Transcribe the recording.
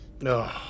No